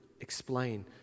explain